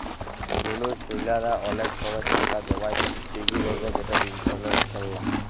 লুলু ছেইলারা অলেক সময় টাকা জমায় পিগি ব্যাংকে যেট ইক ধরলের খেললা